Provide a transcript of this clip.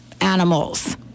animals